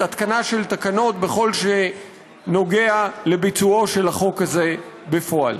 התקנת תקנות בכל הקשור לביצוע החוק הזה בפועל.